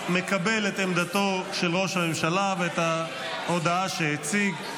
מקבל את עמדתו של ראש הממשלה ואת ההודעה שהציג.